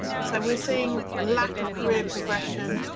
so we're seeing lack of career progression,